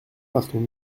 partons